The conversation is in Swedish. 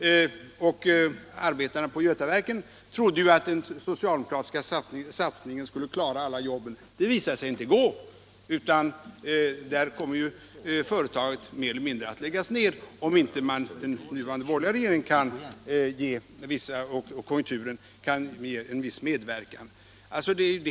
Arbetarna på Götaverken trodde ju att den socialdemokratiska satsningen skulle kunna rädda alla jobben där, men det visade sig inte gå, utan företaget kommer att mer eller mindre få läggas ner, om inte den nuvarande borgerliga regeringen och konjunkturen kan ge en viss medverkan.